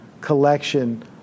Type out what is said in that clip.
collection